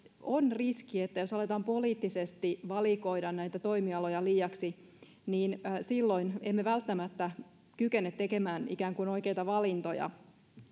on riski että jos aletaan poliittisesti valikoida näitä toimialoja liiaksi niin silloin emme välttämättä kykene tekemään ikään kuin oikeita valintoja